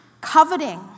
coveting